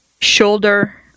shoulder